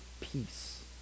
peace